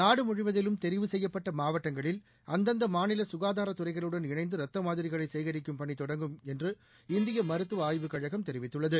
நாடு முழுவதிலும் தெரிவு செய்யப்பட்ட மாவட்டங்களில் அந்தந்த மாநில சுகாதார துறைகளுடன் இனைந்து ரத்த மாதிரிகளை சேகரிக்கும் பணி தொடங்கும் இன்று இந்திய மருத்துவ ஆய்வுக்கழகம் தெரிவித்துள்ளது